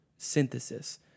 Synthesis